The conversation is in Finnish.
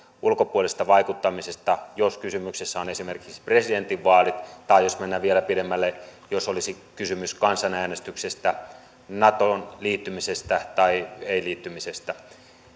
ulkopuolisesta vaikuttamisesta jos kysymyksessä ovat esimerkiksi presidentinvaalit tai jos mennään vielä pidemmälle jos olisi kysymys kansanäänestyksestä natoon liittymisestä tai ei liittymisestä